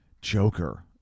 Joker